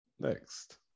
next